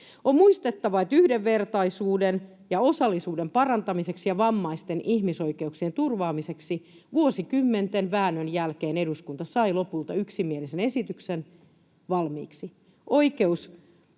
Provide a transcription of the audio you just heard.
On muistettava, että yhdenvertaisuuden ja osallisuuden parantamiseksi ja vammaisten ihmisoikeuksien turvaamiseksi vuosikymmenten väännön jälkeen eduskunta sai lopulta yksimielisen esityksen valmiiksi.